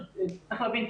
צריך להבין,